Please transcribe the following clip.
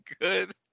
good